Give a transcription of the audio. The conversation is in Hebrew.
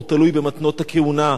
הוא תלוי במתנות הכהונה.